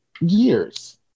years